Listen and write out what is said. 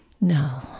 No